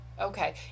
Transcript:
okay